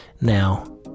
Now